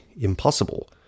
impossible